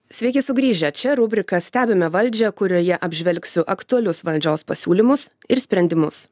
sveiki sugrįžę čia rubrika stebime valdžią kurioje apžvelgsiu aktualius valdžios pasiūlymus ir sprendimus